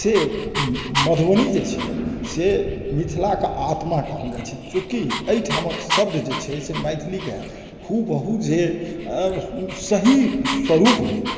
से मधुबनी जे छै से मिथिला के आत्मा कहल जाइत छै चुकी एहिठामक शब्द जे छै से मैथिली के हूबहू जे सही स्वरूप होइ